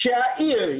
שהעיר,